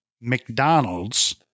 McDonald's